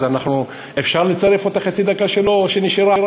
אז אפשר לצרף את חצי הדקה שלו שנשארה?